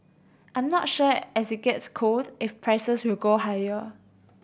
I'm not sure as it gets cold if prices will go higher